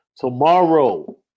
tomorrow